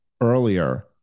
earlier